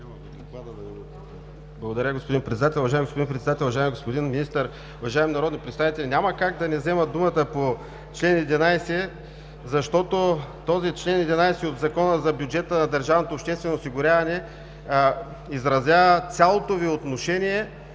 Благодаря господин Председател. Уважаеми господин Председател, уважаеми господин Министър, уважаеми народни представители! Няма как да не взема думата по чл. 11, защото този чл. 11 от Закона за бюджета на държавното обществено осигуряване изразява цялото отношение